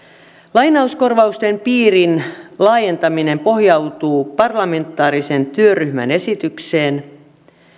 lainauskorvausten piirin laajentaminen pohjautuu parlamentaarisen työryhmän esitykseen